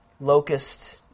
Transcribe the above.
locust